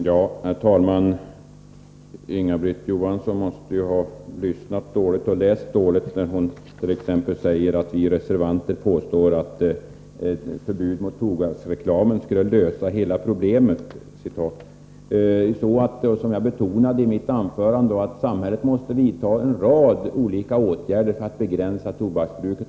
Herr talman! Inga-Britt Johansson måste ha lyssnat dåligt och läst dåligt, när hon t.ex. säger att vi reservanter påstår att ett förbud mot tobaksreklamen skulle lösa hela problemet. Som jag betonade i mitt anförande, måste samhället vidta en rad olika åtgärder för att begränsa tobaksbruket.